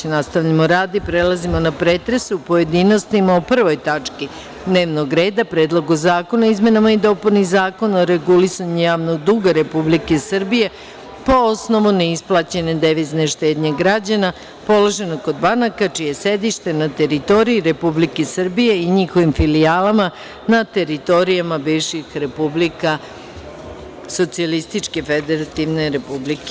Nastavljamo rad i prelazimo na pretres u pojedinostima o tački 1. dnevnog reda – Predlogu zakona o izmenama i dopuni Zakona o regulisanju javnog duga Republike Srbije po osnovu neisplaćene devizne štednje građana, položenu kod banaka čije je sedište na teritoriji Republike Srbije i njihovim filijalama na teritorijama bivših republika SFRJ.